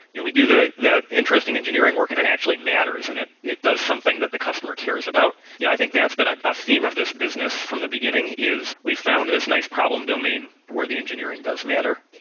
and we do that interesting engineering work and it actually matters and it it does something that the customer cares about. yeah i think that's been a theme of this business from the beginning, is we've found this nice problem domain where the engineering does matter.